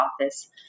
office